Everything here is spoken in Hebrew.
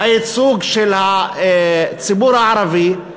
הייצוג של הציבור הערבי,